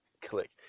click